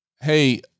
hey